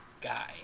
guy